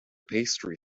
pastry